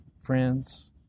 friends